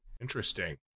Interesting